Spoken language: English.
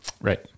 Right